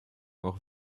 auch